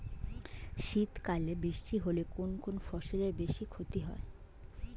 শীত কালে বৃষ্টি হলে কোন কোন ফসলের বেশি ক্ষতি হয়?